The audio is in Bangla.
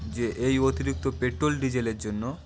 যে এই অতিরিক্ত পেট্রোল ডিজেলের জন্য